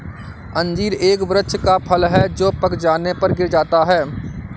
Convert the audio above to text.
अंजीर एक वृक्ष का फल है जो पक जाने पर गिर जाता है